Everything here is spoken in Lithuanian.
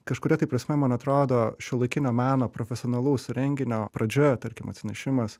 kažkuria tai prasme man atrodo šiuolaikinio meno profesionalaus renginio pradžioje tarkim atsinešimas